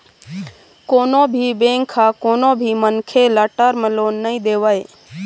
कोनो भी बेंक ह कोनो भी मनखे ल टर्म लोन नइ देवय